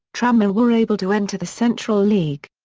tranmere were able to enter the central league.